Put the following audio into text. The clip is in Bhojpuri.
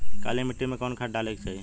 काली मिट्टी में कवन खाद डाले के चाही?